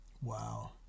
Wow